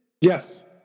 Yes